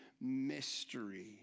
mystery